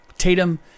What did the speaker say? Tatum